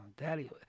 Daddy